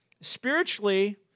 Spiritually